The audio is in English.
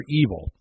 evil